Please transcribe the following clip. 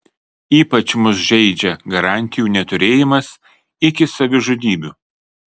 ypač mus žeidžia garantijų neturėjimas iki savižudybių